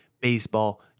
baseball